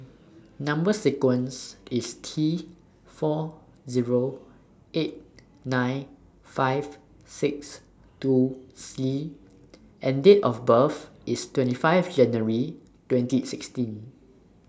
Number sequence IS T four Zero eight nine five six two C and Date of birth IS twenty five January twenty sixteen